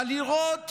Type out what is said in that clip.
אבל לראות